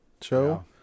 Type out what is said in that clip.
show